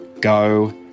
go